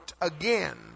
again